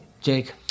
Jake